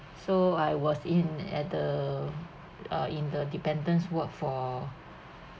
so I was in at the uh in the dependent ward for